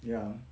ya